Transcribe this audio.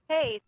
Hey